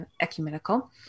ecumenical